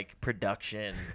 production